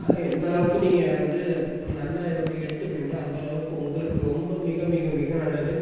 ஆனால் எந்தளவுக்கு நீங்கள் வந்து நல்ல இதை வந்து எடுத்துக்குறீங்களோ அந்த அளவுக்கு உங்களுக்கு ரொம்ப மிக மிக மிக நல்லது